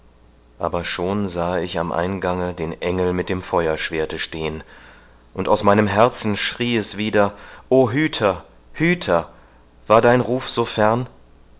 aber schon sahe ich am eingange den engel mit dem feuerschwerte stehen und aus meinem herzen schrie es wieder o hüter hüter war dein ruf